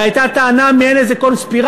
הרי הייתה טענה על מעין איזה קונספירציה,